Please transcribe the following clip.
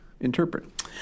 interpret